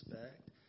respect